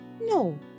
No